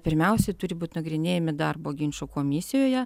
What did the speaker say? pirmiausia turi būt nagrinėjami darbo ginčų komisijoje